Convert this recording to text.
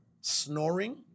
snoring